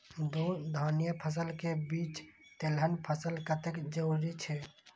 दू धान्य फसल के बीच तेलहन फसल कतेक जरूरी छे?